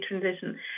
transition